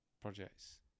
projects